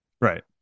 Right